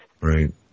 Right